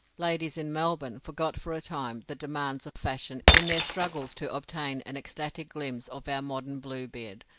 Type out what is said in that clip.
ladies in melbourne forgot for a time the demands of fashion in their struggles to obtain an ecstatic glimpse of our modern bluebeard,